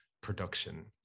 production